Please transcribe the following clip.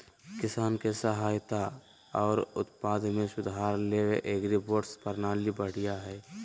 किसान के सहायता आर उत्पादन में सुधार ले एग्रीबोट्स प्रणाली बढ़िया हय